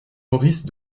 maurice